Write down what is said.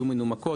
יהיו מנומקות,